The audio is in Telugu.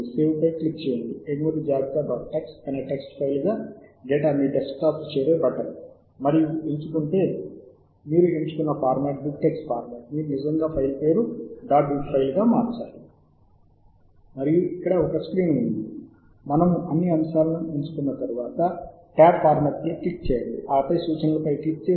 ఉదాహరణకు మీ వ్రాసిన జాబితాకు ఇచ్చిన అదే పేరు ఇవ్వవచ్చు మరియు మీరు దానిని సురక్షితమైన స్థలంలో నిల్వ చేయవచ్చు తరువాత మీరు చూడవచ్చు